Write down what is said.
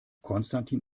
konstantin